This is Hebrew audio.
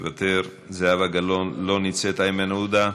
מוותר, זהבה גלאון, לא נמצאת, איימן עודה,